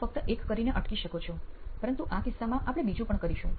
આપ ફક્ત એક કરીને અટકી શકો છો પરંતુ આ કિસ્સામાં આપણે બીજું પણ કરીશું